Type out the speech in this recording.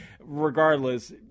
regardless